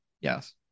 yes